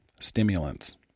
stimulants